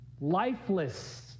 lifeless